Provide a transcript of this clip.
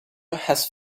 has